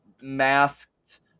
masked